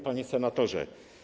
Panie Senatorze!